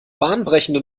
bahnbrechende